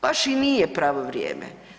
Baš i nije pravo vrijeme.